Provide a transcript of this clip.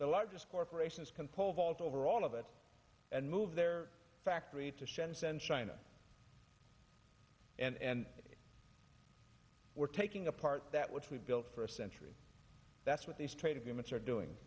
the largest corporations can pole vault over all of it and move their factory to shenzhen china and we're taking apart that which we've built for a century that's what these trade agreements are doing